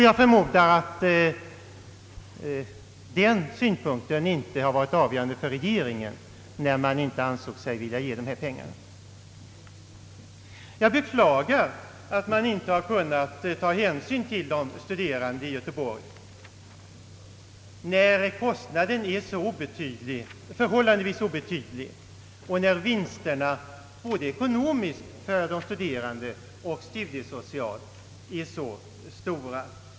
Jag hoppas att den synpunkten inte har varit avgörande för regeringen när den inte ansett sig vilja anslå dessa pengar. Jag beklagar att man inte har kunnat ta hänsyn till de studerande i Göteborg när kostnaden för den föreslagna anordningen är så förhållandevis obetydlig och när vinsterna både ekonomiskt för de studerande och studiesocialt är så stora.